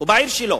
או בעיר שלו.